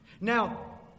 Now